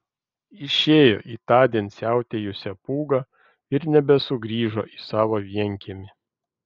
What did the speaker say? išėjo į tądien siautėjusią pūgą ir nebesugrįžo į savo vienkiemį